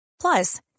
Plus